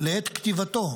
לעת כתיבתו,